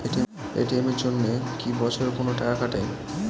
ATM এর জন্যে কি বছরে কোনো টাকা কাটে?